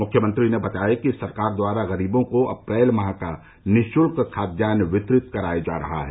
मुख्यमंत्री ने बताया कि सरकार द्वारा गरीबों को अप्रैल माह का निःश्ल्क खाद्यान्न वितरित कराया जा रहा है